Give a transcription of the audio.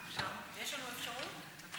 יש לנו אפשרות?